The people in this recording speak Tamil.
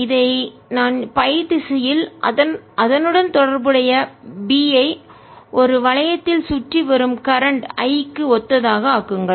இதை நான் Φ திசையில் அதனுடன் தொடர்புடைய பி ஐ ஒரு வளையத்தில் சுற்றி வரும் கரண்ட் மின்னோட்டம் I க்கு ஒத்ததாக ஆக்குங்கள்